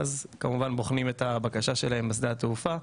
ואז כמובן בוחנים את הבקשה שלהם בשדה התעופה.